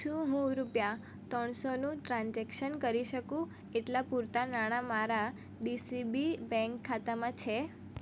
શું હું રૂપિયા ત્રણસોનું ટ્રાન્ઝેક્શન કરી શકું એટલાં પૂરતાં નાણાં મારા ડીસીબી બેંક ખાતામાં છે